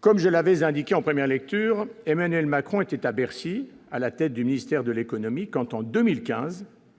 Comme je l'avais indiqué en première lecture, Emmanuel Macron était à Bercy, à la tête du ministère de l'économie quand, en 2015